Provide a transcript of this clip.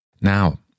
Now